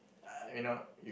I you know